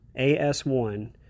AS1